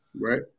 Right